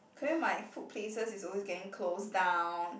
Korean my food places is always getting close down